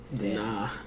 Nah